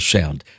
Sound